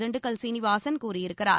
திண்டுக்கல் சீனிவாசன் கூறியிருக்கிறார்